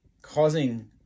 causing